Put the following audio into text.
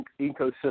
ecosystem